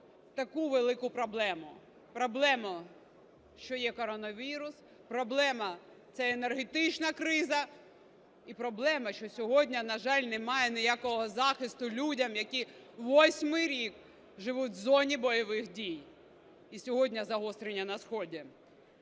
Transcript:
таку велику проблему – проблему, що є коронавірус. Проблема – це енергетична криза. І, проблема, що сьогодні, на жаль, немає ніякого захисту людям, які восьмий рік живуть в зоні бойових дій, і сьогодні загострення на сході.